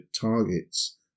targets